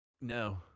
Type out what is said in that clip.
No